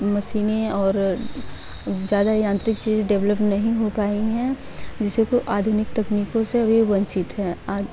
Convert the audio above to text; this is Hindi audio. मशीनें और ज़्यादा यांत्रिक चीज़ें डेवलप नहीं हो पाई हैं जिससे कि वो आधुनिक तकनीकों से अभी भी वंचित हैं आ